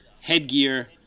headgear